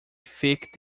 thick